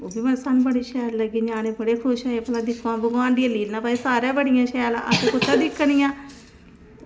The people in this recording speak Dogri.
ते बड़ी शैल ते सारे बड़े खुश होये की दिक्खो आं भगवान दियां ते सारियां बड़ियां शैल ते असें भई कुत्थां दिक्खनियां